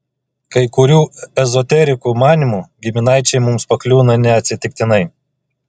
kai kurių ezoterikų manymu giminaičiai mums pakliūna ne atsitiktinai